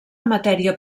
matèria